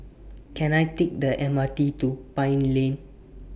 Can I Take The M R T to Pine Lane